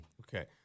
Okay